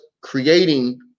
creating